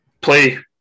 play